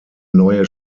neue